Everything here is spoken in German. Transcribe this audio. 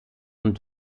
und